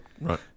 right